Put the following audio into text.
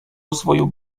rozwoju